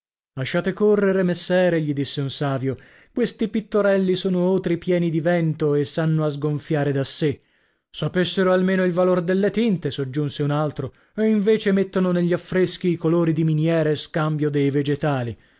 lasciate correre messere gli disse un savio questi pittorelli sono otri pieni di vento e s'hanno a sgonfiare da sè sapessero almeno il valor delle tinte soggiunse un altro e invece mettono negli affreschi i colori di miniere scambio dei vegetali